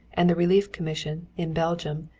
and the relief commission, in belgium,